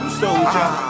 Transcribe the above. soldier